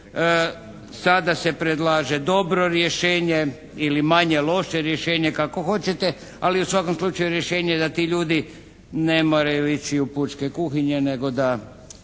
Sada se predlaže dobro rješenje ili manje loše rješenje, kako hoćete ali u svakom slučaju rješenja da ti ljudi ne moraju ići u pučke kuhinje nego onog